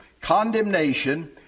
condemnation